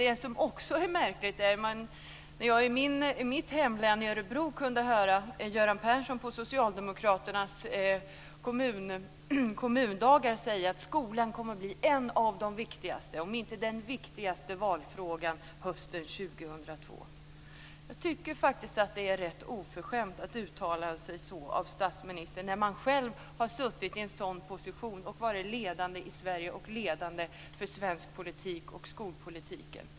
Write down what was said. Det som också är märkligt är att jag i mitt hemlän Örebro har kunnat höra Göran Persson säga på socialdemokraternas kommundagar att skolan kommer att bli en av de viktigaste, om inte den viktigaste, valfrågan hösten 2002. Jag tycker att det är rätt oförskämt av statsministern att uttala sig så när han själv suttit i en ledande position i Sverige och har varit ledande i svensk politik och i svensk skolpolitik.